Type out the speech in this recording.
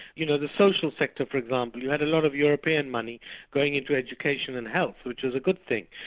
you know, the social sector, for example, you had a lot of european money going into education and health, which was a good thing,